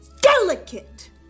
Delicate